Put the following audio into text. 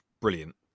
brilliant